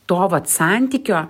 to vat santykio